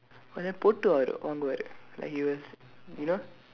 what's that போட்டு வாங்குவாரு:pootdu vaangkuvaaru like he was you know